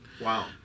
Wow